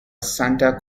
santa